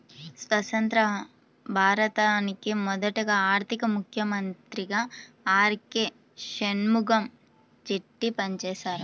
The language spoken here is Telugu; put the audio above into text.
స్వతంత్య్ర భారతానికి మొదటి ఆర్థిక మంత్రిగా ఆర్.కె షణ్ముగం చెట్టి పనిచేసారు